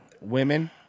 women